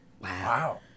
Wow